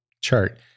chart